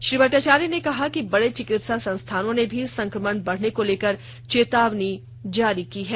श्री भट्टाचार्या ने कहा कि बड़े चिकित्सा संस्थानों ने भी संक्रमण बढ़ने को लेकर चेतावनी जारी की है